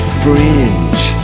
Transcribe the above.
fringe